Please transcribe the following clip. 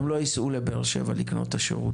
הם לא ייסעו לבאר שבע לקנות את השירות.